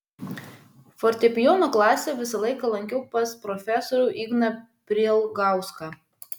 fortepijono klasę visą laiką lankiau pas profesorių igną prielgauską